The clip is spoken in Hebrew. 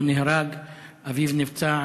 הוא נהרג, אביו נפצע.